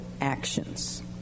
actions